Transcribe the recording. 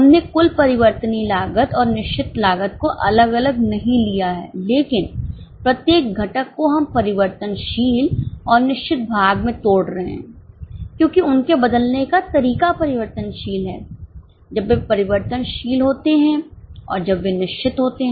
हमने कुलपरिवर्तनीय लागत और निश्चित लागत को अलग अलग नहीं लिया है लेकिन प्रत्येक घटक को हम परिवर्तनशील और निश्चितभाग में तोड़ रहे हैं क्योंकि उनके बदलने का तरीका परिवर्तनशील है जब वे परिवर्तनशील होते हैं और जब वे निश्चित होते हैं